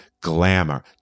Glamour